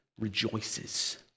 rejoices